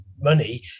money